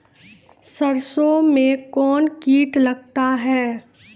सरसों मे कौन कीट लगता हैं?